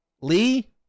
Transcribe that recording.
Lee